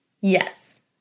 Yes